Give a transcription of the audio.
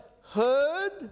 heard